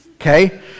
okay